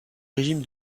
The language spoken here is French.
régime